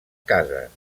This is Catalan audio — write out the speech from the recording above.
cases